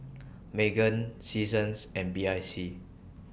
Megan Seasons and B I C